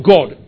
God